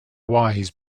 wise